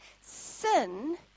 sin